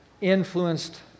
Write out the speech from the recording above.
influenced